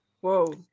whoa